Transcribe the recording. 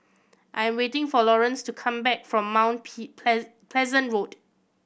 I'm waiting for Lawrence to come back from Mount Pleasant Road